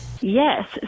Yes